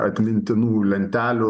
atmintinų lentelių